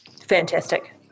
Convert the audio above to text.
Fantastic